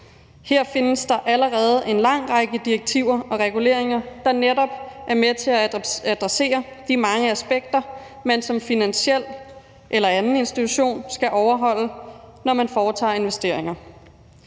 Her findes der allerede en lang række direktiver og reguleringer, der netop er med til at adressere de mange aspekter, man som finansiel eller anden institution skal overholde, når man foretager investeringer.